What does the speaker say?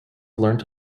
learnt